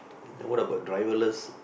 then what about driverless